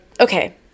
okay